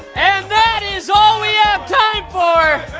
and that is all we have time for.